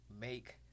make